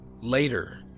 later